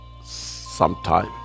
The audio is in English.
Sometime